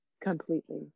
completely